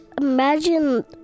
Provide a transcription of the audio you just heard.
imagine